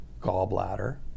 gallbladder